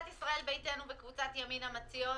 יש לסעיף הסתייגויות של קבוצת הרשימה המשותפת.